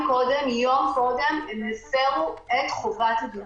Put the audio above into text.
קודם או יום קודם הם הפרו את חובת הבידוד.